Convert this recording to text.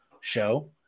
show